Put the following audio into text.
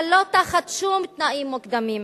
אבל לא תחת שום תנאים מוקדמים.